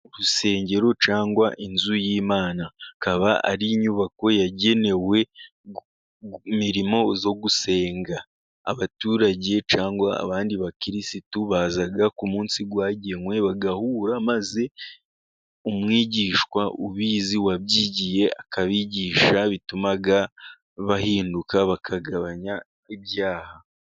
Urusengero cyangwa inzu y'Imana. Ikaba ari inyubako yagenewe imirimo yo gusenga. Abaturage cyangwa abandi bakirisitu baza ku munsi wagenwe bagahura, maze umwigishwa ubizi wabyigiye akabigisha. Bituma bahinduka bakagabanya ibyaha.